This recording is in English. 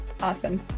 Awesome